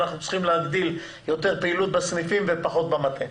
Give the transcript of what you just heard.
אנחנו צריכים להגדיל יותר פעילות בסניפים ופחות במטה.